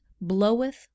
bloweth